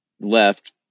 left